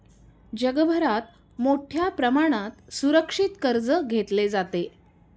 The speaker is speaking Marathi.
जगभरात मोठ्या प्रमाणात सुरक्षित कर्ज घेतले जाते